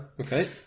Okay